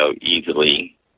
easily –